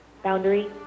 Boundary